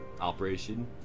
Operation